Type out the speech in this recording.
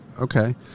okay